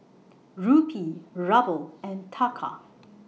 Rupee Ruble and Taka